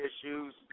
issues